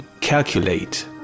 calculate